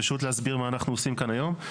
פשוט להסביר מה אנחנו עושים כאן היום.